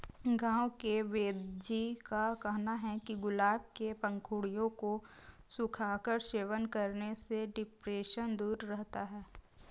गांव के वेदजी का कहना है कि गुलाब के पंखुड़ियों को सुखाकर सेवन करने से डिप्रेशन दूर रहता है